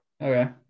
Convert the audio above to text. Okay